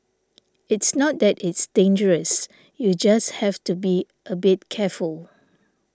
it's not that it's dangerous you just have to be a bit careful